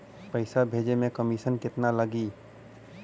पैसा भेजे में कमिशन केतना लागि?